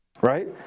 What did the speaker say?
right